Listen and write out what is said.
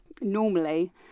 normally